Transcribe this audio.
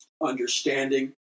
understanding